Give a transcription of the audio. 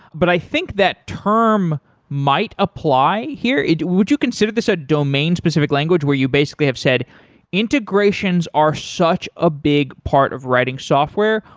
but i think that term might apply here. would you consider this a domain-specific language, where you basically have said integrations are such a big part of writing software,